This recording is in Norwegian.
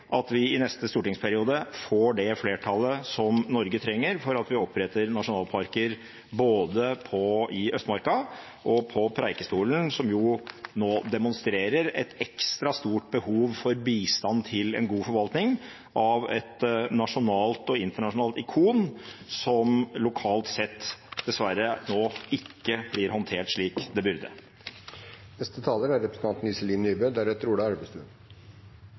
at vi i neste stortingsperiode får det flertallet som Norge trenger for at vi oppretter nasjonalparker både i Østmarka og på Preikestolen, som nå demonstrerer et ekstra stort behov for bistand til en god forvaltning av et nasjonalt og internasjonalt ikon som lokalt sett dessverre nå ikke blir håndtert slik det burde. Preikestolen er